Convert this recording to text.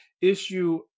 issue